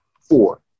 Four